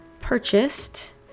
purchased